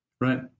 Right